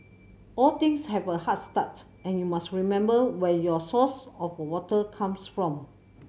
all things have a hard start and you must remember where your source of water comes from